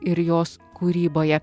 ir jos kūryboje